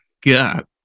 god